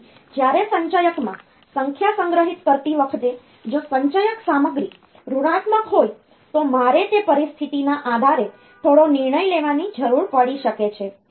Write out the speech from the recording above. તેથી જ્યારે સંચયકમાં સંખ્યા સંગ્રહિત કરતી વખતે જો સંચયક સામગ્રી ઋણાત્મક હોય તો મારે તે પરિસ્થિતિના આધારે થોડો નિર્ણય લેવાની જરૂર પડી શકે છે